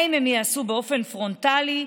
האם הם ייעשו באופן פרונטלי?